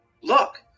Look